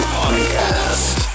podcast